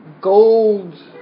gold